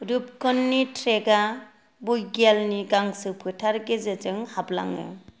रुपकुंडनि trek आ भैगियाननि गांसोफोथार गेजेरजों हाबलाङो